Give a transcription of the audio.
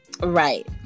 Right